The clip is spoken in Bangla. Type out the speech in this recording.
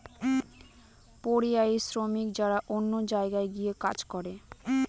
পরিযায়ী শ্রমিক যারা অন্য জায়গায় গিয়ে কাজ করে